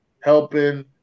helping